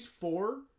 four